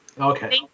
okay